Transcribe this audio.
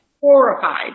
horrified